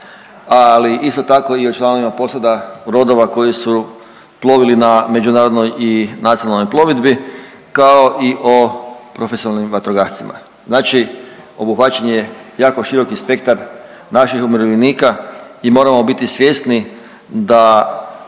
ali isto tako i o članovima posada brodova koji su plovili na međunarodnoj i nacionalnoj plovidbi, kao i o profesionalnim vatrogascima. Znači obuhvaćen je jako široki spektar naših umirovljenika i moramo biti svjesni da